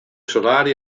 solari